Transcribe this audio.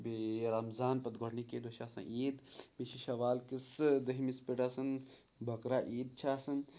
بیٚیہِ رمضان پَتہٕ گۄڈٕنِکے دۄہ چھِ آسان عیٖد بیٚیہِ چھِ شوال کِسہٕ دٔہِمِس پٮ۪ٹھ آسان بکرا عیٖد چھِ آسان